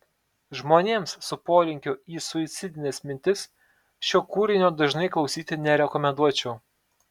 žmonėms su polinkiu į suicidines mintis šio kūrinio dažnai klausyti nerekomenduočiau